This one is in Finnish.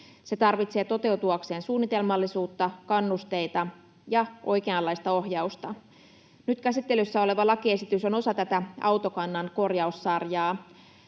Se tarvitsee toteutuakseen suunnitelmallisuutta, kannusteita ja oikeanlaista ohjausta. Nyt käsittelyssä oleva lakiesitys on osa tätä autokannan korjaussarjaa.